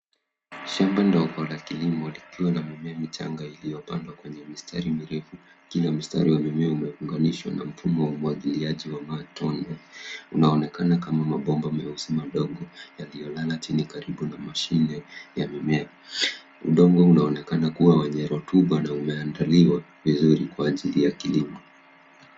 Shamba ndogo la kilimo likiwa na mimea michanga iliyopandwa kwenye mistari mirefu. Kila mstari wa mimea umeunganishwa na mfumo wa umwagiliaji wa matone. Unaonekana kama mabomba meusi madogo yaliyolala chini karibu na mashina ya mimea. Udongo unaonekana kuwa wenye rutuba na umeandaliwa vizuri kwa ajili ya kilimo.